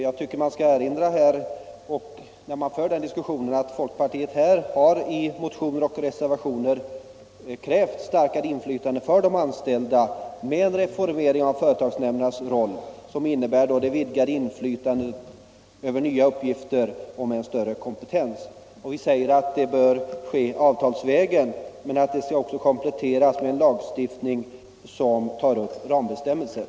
Jag vill erinra om att folkpartiet i motioner och reservationer krävt starkare inflytande för de anställda och en reformering av företagsnämndernas roll, som skulle innebära vidgat inflytande, nya uppgifter och större kompetens. Vi säger att detta bör ske avtalsvägen men att det också skall kompletteras med en lagstiftning som upptar rambestämmelser.